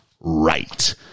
right